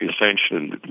essentially